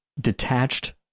detached